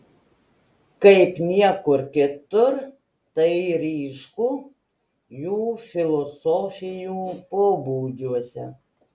kaip niekur kitur tai ryšku jų filosofijų pobūdžiuose